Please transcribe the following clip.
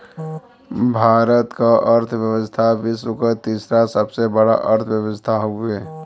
भारत क अर्थव्यवस्था विश्व क तीसरा सबसे बड़ा अर्थव्यवस्था हउवे